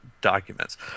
documents